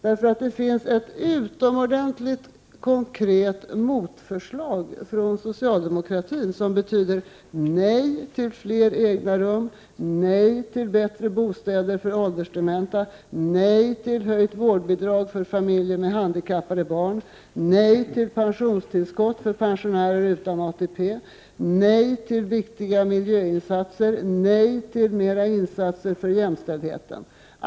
Det finns nämligen ett utomordentligt konkret motförslag från socialdemokratin som betyder nej till fler egna rum, nej till bättre bostäder för åldersdementa, nej till höjt vårdnadsbidrag för familjer med handikappade barn, nej till pensionstillskott för pensionärer utan ATP, nej till viktiga miljöinsatser, nej till mera insatser för jämställdheten.